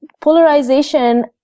polarization